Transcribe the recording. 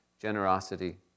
generosity